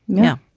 yeah,